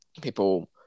people